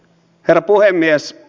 herra puhemies